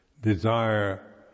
desire